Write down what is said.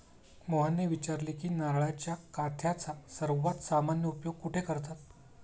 मोहनने विचारले की नारळाच्या काथ्याचा सर्वात सामान्य उपयोग कुठे करतात?